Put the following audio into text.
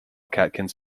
catkins